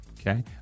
Okay